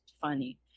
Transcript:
funny